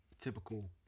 Typical